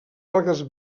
algues